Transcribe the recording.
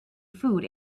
food